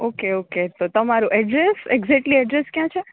okay okay તો તમારું address exactly address કયા છે